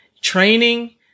training